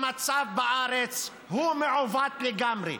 המצב בארץ מעוות לגמרי.